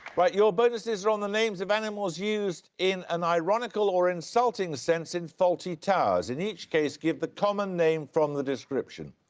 right, your bonuses are on the names of animals used in an ironical or insulting sense in fawlty towers. in each case, give the common name from the description.